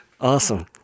Awesome